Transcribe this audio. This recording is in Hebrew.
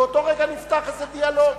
באותו רגע נפתח איזה דיאלוג.